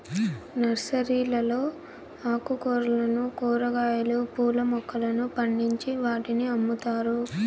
నర్సరీలలో ఆకుకూరలను, కూరగాయలు, పూల మొక్కలను పండించి వాటిని అమ్ముతారు